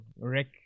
rick